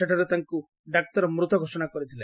ସେଠାରେ ତାଙ୍କୁ ଡାକ୍ତର ମୃତ ଘୋଷଣା କରିଥିଲେ